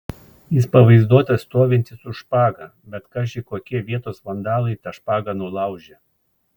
jis pavaizduotas stovintis su špaga bet kaži kokie vietos vandalai tą špagą nulaužė